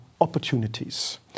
opportunities